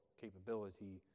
capability